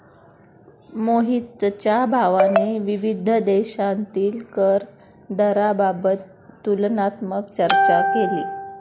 मोहितच्या भावाने विविध देशांतील कर दराबाबत तुलनात्मक चर्चा केली